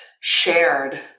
shared